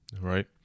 right